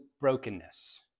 brokenness